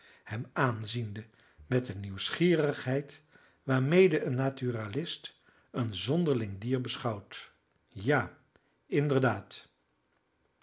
hem aanziende met de nieuwsgierigheid waarmede een naturalist een zonderling dier beschouwt ja inderdaad